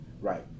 right